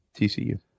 tcu